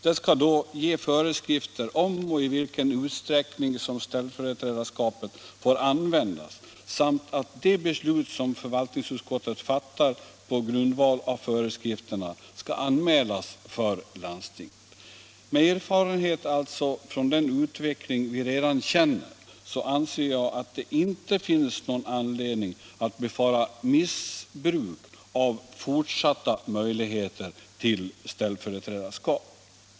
Det skall då ge föreskrifter om och i vilken utsträckning ställföreträdarskapet får användas samt förordna att de beslut som förvaltningsutskottet fattar på grundval av föreskrifterna skall anmälas för landstinget. Med erfarenhet från den utveckling vi redan känner, anser jag alltså inte att det finns någon anledning att befara missbruk av fortsatta möjligheter till ställföreträdarskap.